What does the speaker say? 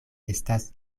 estas